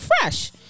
fresh